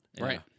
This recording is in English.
Right